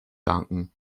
danken